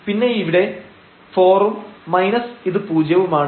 പിന്നെ ഇവിടെ 4 ഉം മൈനസ് ഇത് പൂജ്യവുമാണ്